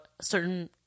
certain